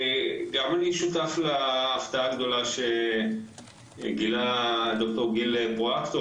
גם אני שותף להפתעה הגדולה שגילה ד"ר גיל פרואקטור